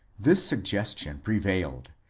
this suggestion prevailed,